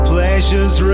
Pleasures